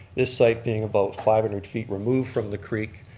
this site being about five hundred feet removed from the creek,